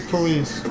police